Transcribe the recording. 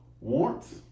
warmth